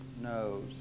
Knows